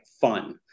fun